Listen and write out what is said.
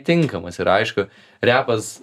tinkamas ir aišku repas